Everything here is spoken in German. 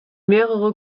mehrere